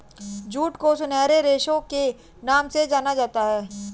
jute को सुनहरे रेशे के नाम से जाना जाता है